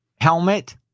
helmet